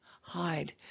hide